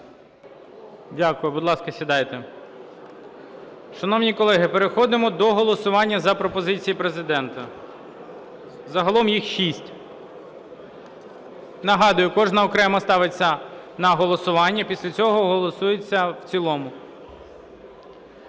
Дякую. Будь ласка, сідайте. Шановні колеги, переходимо до голосування за пропозиції Президента. Загалом їх шість. Нагадую, кожна окремо ставиться на голосування. Після цього голосується в цілому.